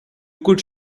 could